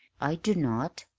i do not,